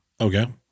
Okay